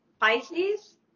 Pisces